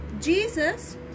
jesus